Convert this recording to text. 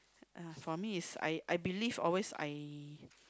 uh for me is I I believe always I